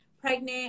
pregnant